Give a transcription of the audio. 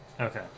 Okay